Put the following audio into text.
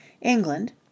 england